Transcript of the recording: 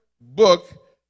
book